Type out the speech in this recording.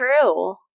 true